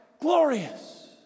glorious